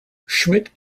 schmidt